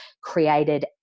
created